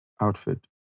outfit